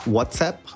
WhatsApp